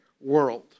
world